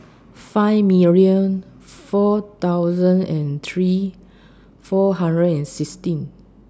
five million four thousand and three four hundred and sixteen